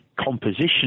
composition